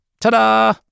Ta-da